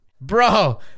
Bro